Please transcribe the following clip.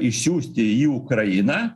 išsiųsti į ukrainą